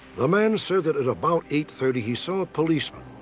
the man said that at about eight thirty, he saw a policeman,